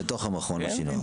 בתוך המכון השינוע.